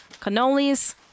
Cannolis